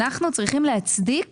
אנחנו צריכים להצדיק